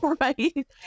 right